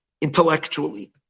intellectually